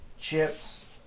Chips